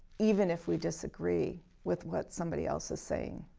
even if we disagree with what somebody else is saying.